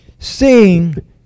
Seeing